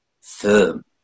firm